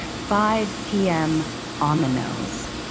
five pm on the nose.